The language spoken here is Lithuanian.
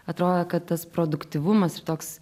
atrodo kad tas produktyvumas ir toks